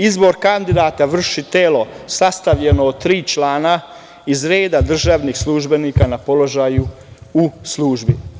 Izbor kandidata vrši tele sastavljeno od tri člana, iz reda državnih službenika na položaju u službi.